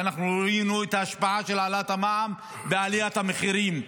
ואנחנו ראינו את ההשפעה של העלאת המע"מ בעליית המחירים,